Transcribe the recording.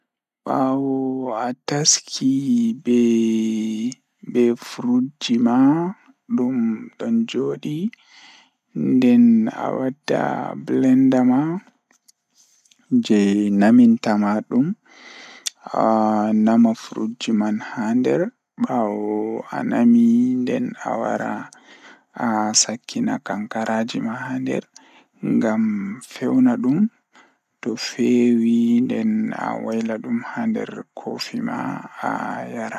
Jokkondir ɓeŋ ɓeɓɓe waɗi moƴƴere e ngal naange, so tawii ɓeɗɗe ɓe njiddaade e soɓɓiɗe ɓurti ɓanda mango, banane, e strawberry. Heɓ ndiyam e kadi cido ɗum waawataa ɗabbude yogurt, ngal moƴƴaare. Ɓeydu njum e blender, kulso ɗe huccirde e jammaji. Baɗ ngal ndiyam ngal fruit smoothie e bottoore ngam fowru, ngal waɗi ɓuri njam.